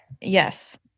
Yes